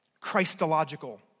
Christological